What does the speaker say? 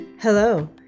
Hello